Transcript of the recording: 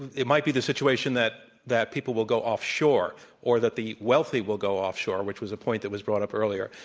it might be the situation that that people will go offshore or that the wealthy will go offshore which was a point that was brought up earlier.